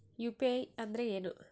UPI ಅಂದ್ರೆ ಏನು?